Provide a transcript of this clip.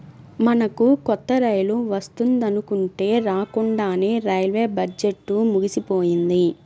మనకు కొత్త రైలు వస్తుందనుకుంటే రాకండానే రైల్వే బడ్జెట్టు ముగిసిపోయింది